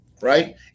Right